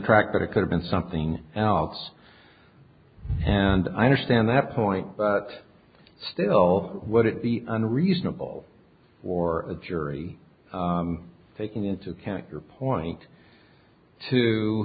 but it could have been something else and i understand that point but still would it be unreasonable for a jury taking into account your point to